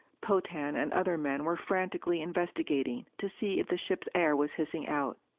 potan and other men were frantically investigating to see if the ship's air was hissing out.